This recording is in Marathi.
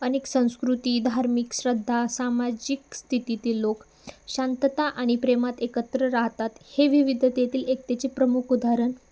अनेक संस्कृती धार्मिक श्रद्धा सामाजिक स्थितीतील लोक शांतता आणि प्रेमात एकत्र राहतात हे विविधतेतील एकतेचे प्रमुख उदाहरण